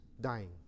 dying